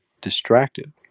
distracted